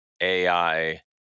AI